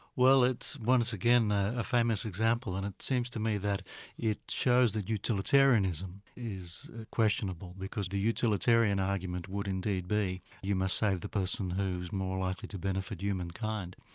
well, it's once again a famous example, and it seems to me that it shows that utilitarianism is questionable, because the utilitarian argument would indeed be you must save the person who's more likely to benefit humankind.